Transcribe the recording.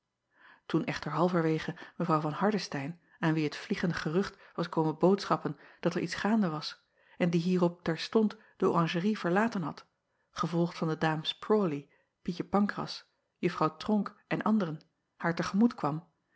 oen echter halverwege w van ardestein aan wie het vliegende gerucht was komen boodschappen dat er iets gaande was en die hierop terstond de oranjerie verlaten had gevolgd van de ames rawley ietje ancras uffrouw ronck en anderen haar te gemoet kwam